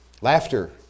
Laughter